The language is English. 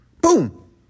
boom